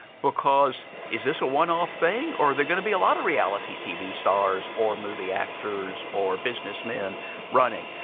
because is this a one-off thing or are there going to be a lot of reality tv stars or movie actors or businessmen businessmen running?